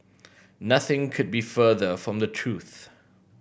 nothing could be further from the truth